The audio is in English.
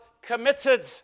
committed